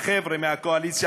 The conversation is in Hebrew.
החבר'ה מהקואליציה,